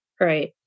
Right